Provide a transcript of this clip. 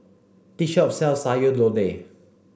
this shop sells Sayur Lodeh